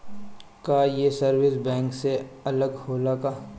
का ये service bank से अलग होला का?